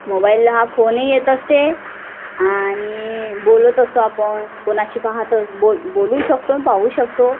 mobile हा फोनही येत असते आणि बोलत असतो आपण कोणाशी पाहातच बोल बोलू शकतो आणि पाहू शकतो